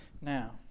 Now